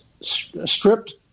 stripped